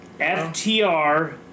FTR